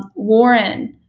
warren,